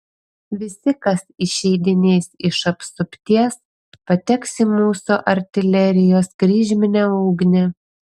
visi kas išeidinės iš apsupties pateks į mūsų artilerijos kryžminę ugnį